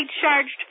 charged